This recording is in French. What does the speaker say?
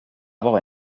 avoir